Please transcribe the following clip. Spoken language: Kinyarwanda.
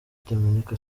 dominique